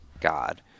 God